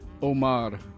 omar